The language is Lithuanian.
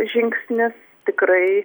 žingsnis tikrai